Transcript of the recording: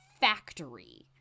factory